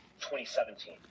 2017